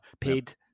paid